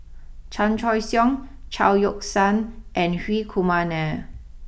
Chan Choy Siong Chao Yoke San and Hri Kumar Nair